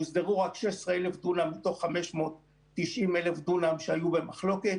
הוסדרו רק 16,000 דונם מתוך 590,000 דונם שהיו במחלוקת,